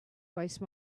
waste